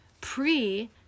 pre